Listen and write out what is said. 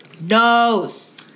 nose